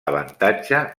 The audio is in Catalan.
avantatge